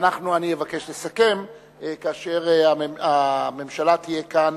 אני אבקש לסכם כאשר הממשלה תהיה כאן